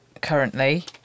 currently